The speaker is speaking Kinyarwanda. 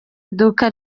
iduka